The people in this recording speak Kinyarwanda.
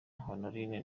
honorine